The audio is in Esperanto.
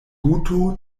guto